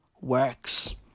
works